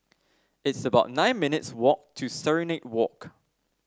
it's about nine minutes' walk to Serenade Walk